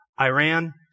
Iran